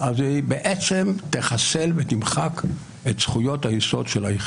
אבל אני בעיקר רציתי להתייחס לשאלה מדוע